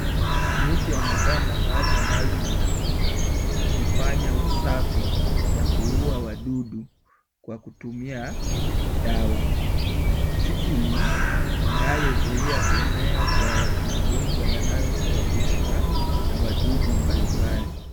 Mtu amevaa mavazi maalum ya kinga akifanya usafi ya kuua wadudu kwa kutumia dawa. Shughuli inayozuia kuenea kwa magonjwa yanayosababishwa na wadudu mbalimbali.